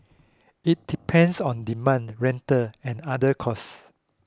it depends on demand rental and other costs